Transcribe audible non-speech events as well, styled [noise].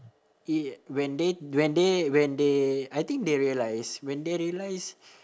[noise] when they when they when they I think they realise when they realise